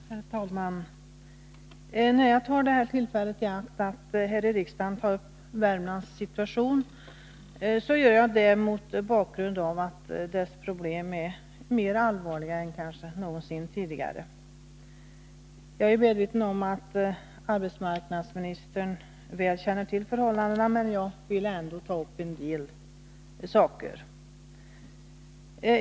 Herr talman! När jag tar det här tillfället i akt att här i riksdagen ta upp Värmlands situation gör jag det mot bakgrund av att länets problem är mer allvarliga än kanske någonsin tidigare. Jag är medveten om att arbetsmarknadsministern väl känner till förhållandena, men jag vill ändå beröra en del saker.